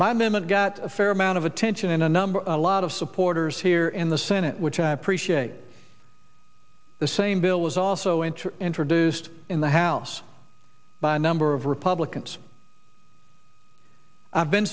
mema got a fair amount of attention and a number of a lot of supporters here in the senate which i appreciate the same bill is also enter introduced in the house by a number of republicans i've been